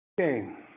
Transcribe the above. Okay